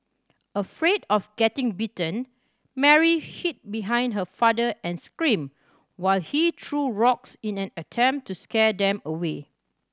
afraid of getting bitten Mary hid behind her father and screamed while he threw rocks in an attempt to scare them away